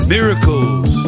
Miracles